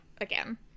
again